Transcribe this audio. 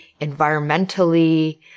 environmentally